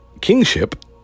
kingship